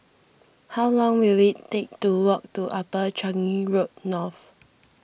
how long will it take to walk to Upper Changi Road North